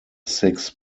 six